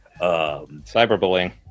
cyberbullying